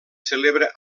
celebra